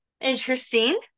Interesting